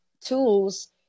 tools